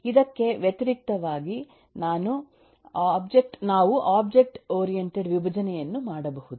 ಇದಕ್ಕೆ ವ್ಯತಿರಿಕ್ತವಾಗಿ ನಾವು ಒಬ್ಜೆಕ್ಟ್ ಓರಿಯಂಟೆಡ್ ವಿಭಜನೆಯನ್ನು ಮಾಡಬಹುದು